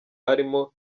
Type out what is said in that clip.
arimo